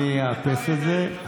אני אאפס את זה.